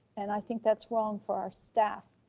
and i think that's wrong for our staff.